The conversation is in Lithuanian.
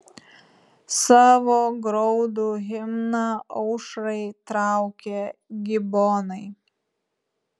savo graudų himną aušrai traukia gibonai